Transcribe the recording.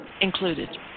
included